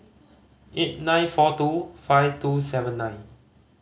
eight nine four two five two seven nine